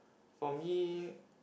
for me